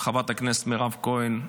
חברת הכנסת מירב כהן,